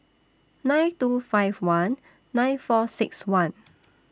nine two five one nine four six one